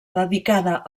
dedicada